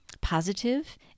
positive